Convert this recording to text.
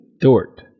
Dort